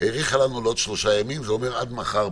האריכה לנו לעוד שלושה ימים, זה אומר עד מחר.